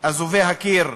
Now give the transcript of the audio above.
אזובי הקיר?